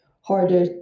harder